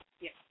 Yes